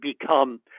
become